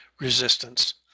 resistance